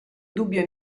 dubbio